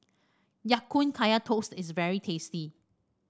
Ya Kun Kaya Toast is very tasty